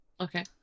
Okay